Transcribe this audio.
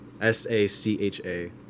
S-A-C-H-A